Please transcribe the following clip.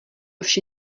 vše